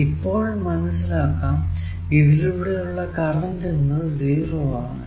ഇപ്പോൾ മനസിലാക്കാം ഇതിലൂടെ ഉള്ള കറന്റ് എന്നത് 0 ആണ്